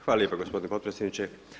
Hvala lijepo gospodine potpredsjedniče.